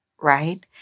right